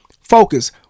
focus